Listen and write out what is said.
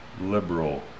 liberal